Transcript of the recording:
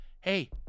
hey